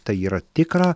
tai yra tikra